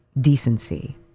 decency